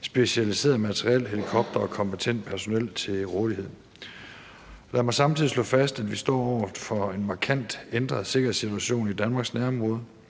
specialiseret materiel, helikoptere og kompetent personel til rådighed. Lad mig samtidig slå fast, at vi står over for en markant ændret sikkerhedssituation i Danmarks nærområde,